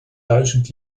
duizend